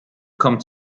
kommt